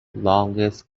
longest